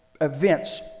events